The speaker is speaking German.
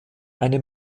eine